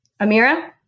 Amira